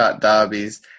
derbies